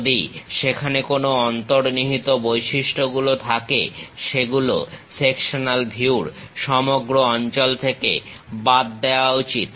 যদি সেখানে কোনো অন্তর্নিহিত বৈশিষ্ট্যগুলো থাকে সেগুলো সেকশনাল ভিউর সমগ্র অঞ্চল থেকে বাদ দেওয়া উচিত